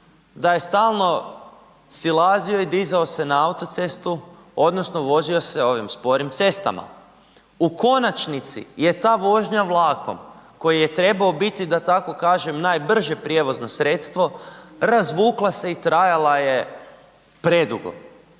da je stalno silazio i dizao se na autocestu, odnosno vozio se ovim sporim cestama. U konačnici je ta vožnja vlakom koja je trebao biti, da tako kažem, najbrže prijevozno sredstvo razvukla se i trajala je predugo.